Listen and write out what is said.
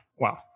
wow